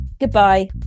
Goodbye